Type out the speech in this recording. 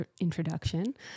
introduction